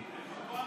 מה הקשר?